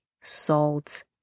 salt